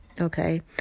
okay